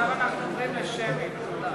עכשיו אנחנו עוברים לשמי מחדש.